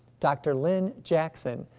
dr. lynn jackson,